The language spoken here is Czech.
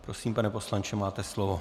Prosím, pane poslanče, máte slovo.